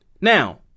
now